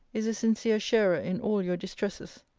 is a sincere sharer in all your distresses.